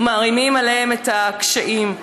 מערימים עליהם את הקשיים.